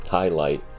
highlight